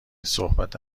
صحبت